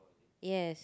yes